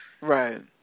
Right